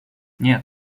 нет